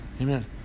Amen